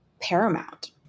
paramount